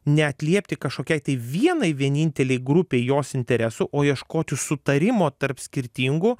neatliepti kažkokiai vienai vienintelei grupei jos interesų o ieškoti sutarimo tarp skirtingų